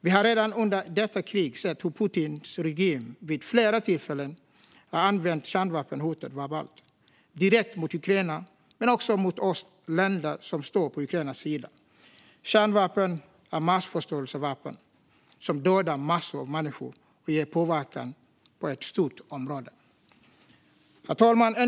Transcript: Vi har under detta krig redan vid flera tillfällen hört Putins regim hota med kärnvapen, direkt mot Ukraina men också mot oss som står på Ukrainas sida. Kärnvapen är massförstörelsevapen som dödar massor av människor och påverkar stora områden.